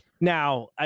Now